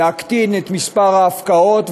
להקטין את מספר ההפקעות,